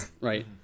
Right